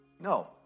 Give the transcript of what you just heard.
No